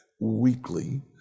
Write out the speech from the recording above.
weekly